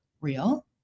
real